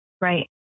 right